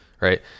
right